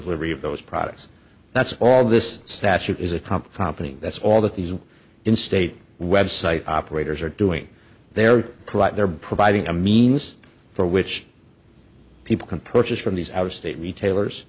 delivery of those products that's all this statute is a comp company that's all that these in state website operators are doing there they're providing a means for which people can purchase from these out of state retailers